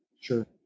Sure